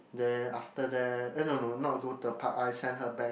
then after that eh no no not go to the park I sent her back ah